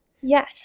Yes